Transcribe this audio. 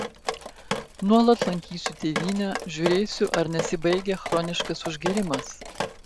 nuolat lankysiu tėvynę žiūrėsiu ar nesibaigia chroniškas užgėrimas